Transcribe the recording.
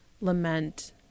lament